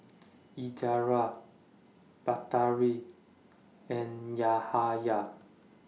Izzara Batari and Yahaya